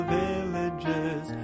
villages